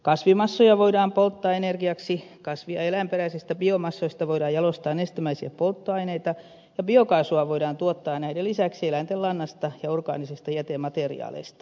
kasvimassoja voidaan polttaa energiaksi kasvi ja eläinperäisistä biomassoista voidaan jalostaa nestemäisiä polttoaineita ja biokaasua voidaan tuottaa näiden lisäksi eläinten lannasta ja orgaanisista jätemateriaaleista